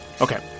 Okay